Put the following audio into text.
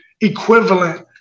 equivalent